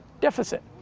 deficit